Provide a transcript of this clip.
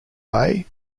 bay